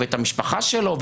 את המשפחה שלו,